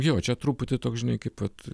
jo čia truputį toks žinai kaip vat